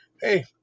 hey